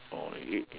oh it